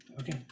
okay